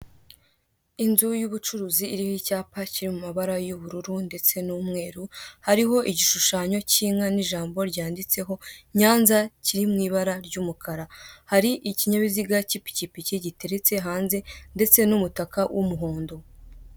Inzu y'ubucuruzi iriho icyapa kiri mu mabara y'ubururu ndetse n'umweru hariho igishushanyo cy'inka n'ijambo ryanditseho Nyanza kiri mu ibara ry'umukara hari ikinyabiziga cy'ipikipiki giteretse hanze ndetse n'umutaka w'umuhondo.